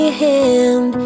hand